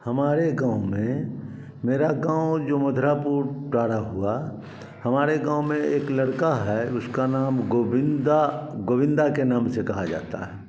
हमारे गाँव में मेरा गाँव जो मथुरापुर डारा हुआ हमारे गाँव में एक लड़का है उसका नाम गोबिंदा गोविंदा के नाम से कहा जाता है